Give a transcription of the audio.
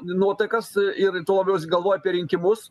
nuotaikas ir tuo labiau jis galvoja apie rinkimus